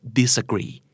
disagree